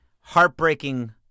heartbreaking